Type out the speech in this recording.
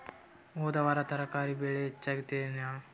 ಹೊದ ವಾರ ತರಕಾರಿ ಬೆಲೆ ಹೆಚ್ಚಾಗಿತ್ತೇನ?